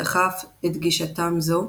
דחה את גישתם זו,